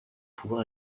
pouvoir